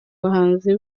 buhunzi